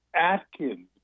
Atkins